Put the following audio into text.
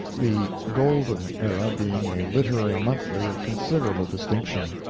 the golden era being a literary monthly of considerable distinction.